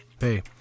Hey